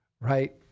right